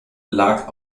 lag